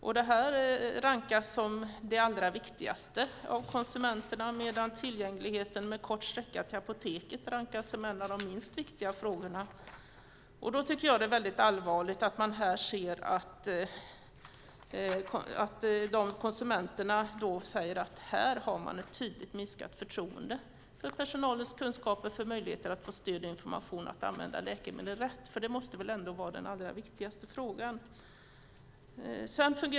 Det rankas av konsumenterna som det allra viktigaste, medan tillgängligheten med kort sträcka till apoteket rankas som en av de minst viktiga frågorna. Det är allvarligt att konsumenterna känner ett minskat förtroende för personalens kunskap och för möjligheten att få stöd och information för att använda läkemedlen rätt. Det måste ju vara den allra viktigaste frågan.